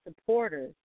supporters